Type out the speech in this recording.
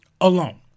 alone